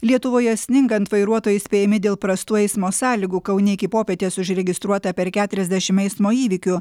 lietuvoje sningant vairuotojai įspėjami dėl prastų eismo sąlygų kaune iki popietės užregistruota per keturiasdešim eismo įvykių